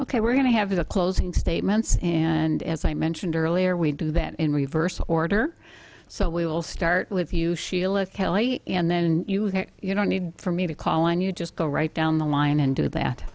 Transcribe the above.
ok we're going to have a closing statements and as i mentioned earlier we do that in reverse order so we will start with you sheila kelly and then you no need for me to call on you just go right down the line and do that